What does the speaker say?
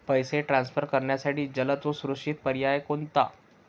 पैसे ट्रान्सफर करण्यासाठी जलद व सुरक्षित पर्याय कोणता?